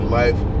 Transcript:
life